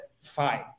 Fine